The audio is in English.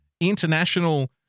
international